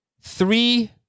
three